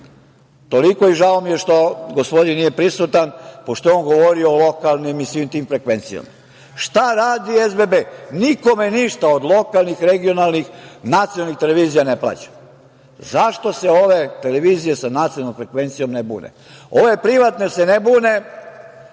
govori. Toliko i žao mi je što gospodin nije prisutan, pošto je on govorio o lokalnim i svim tim frekvencijama. Šta radi SBB? Nikome ništa od lokalnih, regionalnih, nacionalnih televizija ne plaća.Zašto se ove televizije sa nacionalnom frekvencijom ne bune? Ove privatne se ne bune